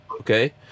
Okay